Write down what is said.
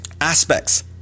Aspects